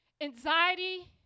anxiety